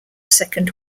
second